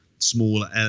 Smaller